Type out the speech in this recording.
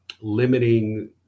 limiting